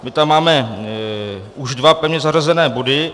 My tam máme už dva pevně zařazené body.